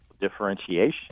differentiation